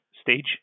stage